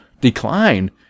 decline